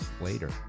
later